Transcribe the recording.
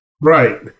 Right